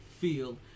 field